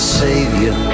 savior